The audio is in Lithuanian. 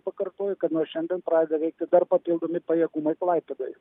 pakartoju kad nuo šiandien pradeda veikti dar papildomi pajėgumai klaipėdoj